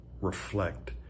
reflect